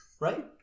right